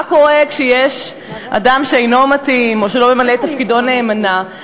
מה קורה כשיש אדם שאינו מתאים או שלא ממלא את תפקידו נאמנה?